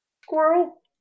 Squirrel